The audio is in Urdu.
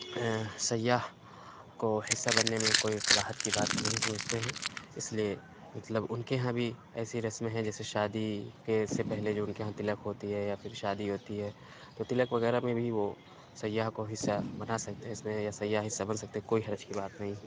سیاح کو حصہ بننے میں کوئی قباحت کی بات نہیں سمجھتے ہیں اس لیے مطلب ان کے یہاں بھی ایسی رسمیں ہیں جیسے شادی کے سے پہلے ان کے یہاں تلک ہوتی ہے یا پھر شادی ہوتی ہے تو تلک وغیرہ میں بھی وہ سیاح کو حصہ بنا سکتے ہیں اس میں یا سیاح حصہ بن سکتے ہیں کوئی حرج کی بات نہیں ہے